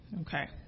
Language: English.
Okay